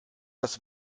das